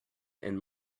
and